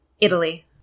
Italy